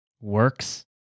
works